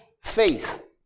faith